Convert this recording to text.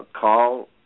call